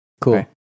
Cool